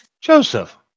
Joseph